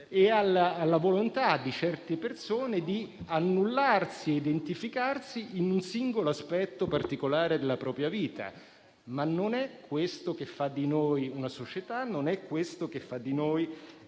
e alla volontà di certe persone di annullarsi e identificarsi in un singolo aspetto particolare della propria vita. Non è questo però che fa di noi una società, non è questo che fa di noi